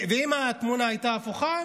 אם התמונה הייתה הפוכה,